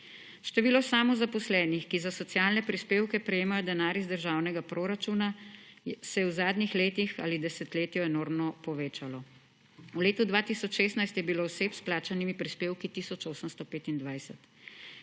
Število samozaposlenih, ki za socialne prispevke prejemajo denar iz državnega proračuna, se je v zadnjih letih ali desetletju enormno povečalo. V letu 2016 je bilo oseb s plačanimi prispevki tisoč